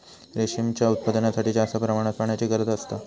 रेशीमच्या उत्पादनासाठी जास्त प्रमाणात पाण्याची गरज असता